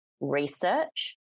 research